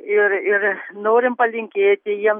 ir ir norim palinkėti jiem